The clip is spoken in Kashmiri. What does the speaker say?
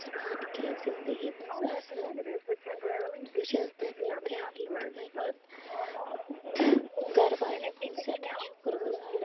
ژٕ بن کیٚنٛہہ زِندگی منٛز اصٕل بہٕ چھیٚس پَننیٚن فیملی تہٕ پننیٚن گھرٕ والیٚن ہنٛز سٮ۪ٹھاہ شکر گُزار